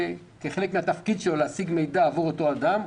כחלק מן התפקיד שלו להשיג מידע עבור אותו אדם,